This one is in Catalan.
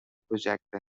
projecte